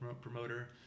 promoter